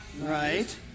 Right